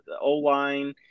O-line